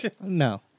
no